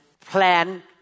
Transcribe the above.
plan